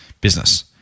business